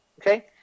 Okay